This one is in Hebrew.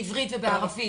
בעברית ובערבית,